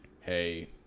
hey